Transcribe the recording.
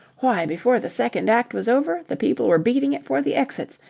why, before the second act was over, the people were beating it for the exits,